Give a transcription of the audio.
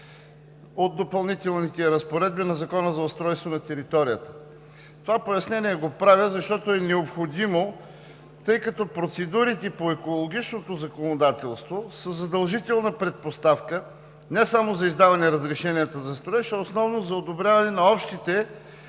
от Допълнителните разпоредби на Закона за устройство на територията. Това пояснение го правя, защото е необходимо, тъй като процедурите по екологичното законодателство са задължителна предпоставка не само за издаване разрешенията за строеж, а основно за одобряване на общите